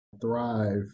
thrive